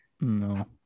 No